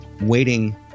waiting